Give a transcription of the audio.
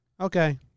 Okay